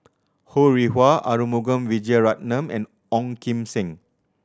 Ho Rih Hwa Arumugam Vijiaratnam and Ong Kim Seng